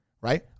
right